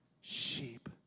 sheep